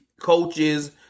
coaches